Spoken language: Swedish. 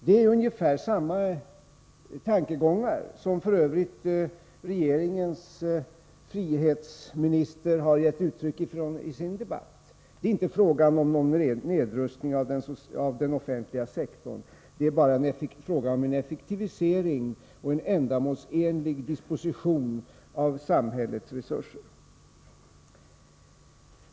Detta är f. ö. ungefär samma tankegångar som regeringens frihetsminister har gett uttryck åt i sin debatt. Det är inte fråga om någon nedrustning av den offentliga sektorn. Det är bara fråga om en effektivisering och en ändamålsenlig disposition av samhällets resurser.